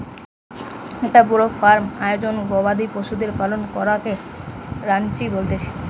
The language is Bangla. একটো বড় ফার্ম আয়োজনে গবাদি পশুদের পালন করাকে রানচিং বলতিছে